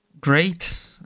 Great